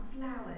flowers